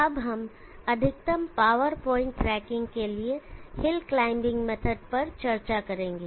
अब हम अधिकतम पावर पॉइंट ट्रैकिंग के लिए हिल क्लाइंबिंग मेथड पर चर्चा करेंगे